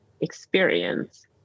experience